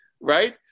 right